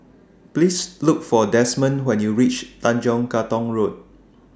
Please Look For Desmond when YOU REACH Tanjong Katong Road